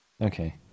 Okay